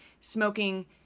smoking